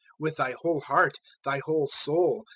with thy whole heart, thy whole soul,